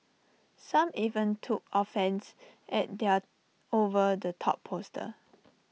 some even took offence at their over the top poster